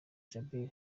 djabel